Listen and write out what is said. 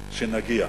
שנגיע?